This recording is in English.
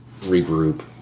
regroup